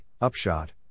Upshot